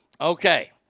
Okay